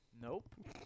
Nope